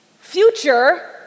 future